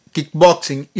Kickboxing